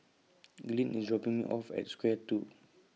Glynn IS dropping Me off At Square two